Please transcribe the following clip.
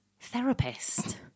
therapist